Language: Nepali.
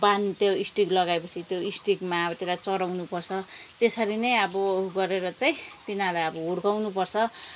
बान त्यो स्टिक लगाए पछि त्यो स्टिकमा अब त्यसलाई चढाउनुपर्छ त्यसरी नै अब उ गरेर चाहिँ तिनीहरूलाई अब हुर्काउनुपर्छ